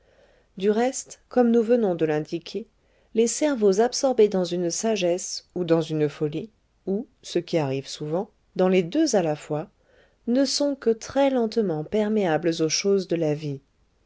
du reste comme nous venons de l'indiquer les cerveaux absorbés dans une sagesse ou dans une folie ou ce qui arrive souvent dans les deux à la fois ne sont que très lentement perméables aux choses de la vie